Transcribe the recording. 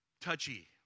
touchy